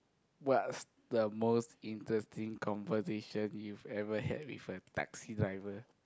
what's the most interesting conversation you've ever had with a taxi driver